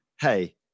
hey